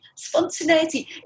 Spontaneity